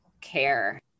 care